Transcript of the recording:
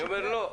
אני אומר: לא.